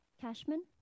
Cashman